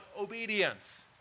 obedience